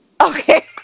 Okay